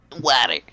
Water